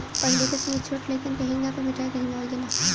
पहिले के समय छोट लइकन के हेंगा पर बइठा के हेंगावल जाला